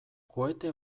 kohete